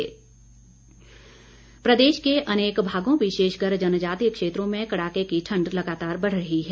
मौसम प्रदेश के अनेक भागों विशेषकर जनजातीय क्षेत्रों में कड़ाके की ठण्ड लगातार बढ़ रही है